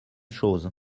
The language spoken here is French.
chose